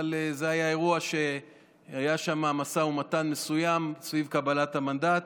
אבל זה היה אירוע שהיה שם משא ומתן מסוים סביב קבלת המנדט,